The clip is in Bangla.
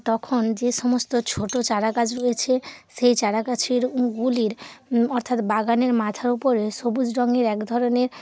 তখন যে সমস্ত ছোট চারাগাছ রয়েছে সেই চারাগাছের মুখগুলির অর্থাৎ বাগানের মাথার উপরে সবুজ রঙের এক ধরনের